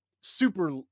super